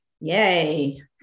Yay